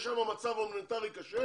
יש שם מצב הומניטרי קשה